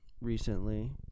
recently